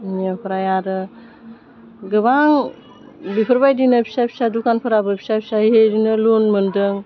बेनिफ्राय आरो गोबां बेफोरबायदिनो फिसा फिसा दुखानफोराबो फिसा फिसा इदिनो लुन मोन्दों